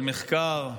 על מחקר,